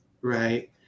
right